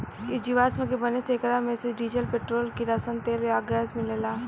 इ जीवाश्म के बने से एकरा मे से डीजल, पेट्रोल, किरासन तेल आ गैस मिलेला